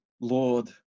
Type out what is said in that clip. Lord